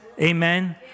Amen